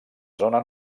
zona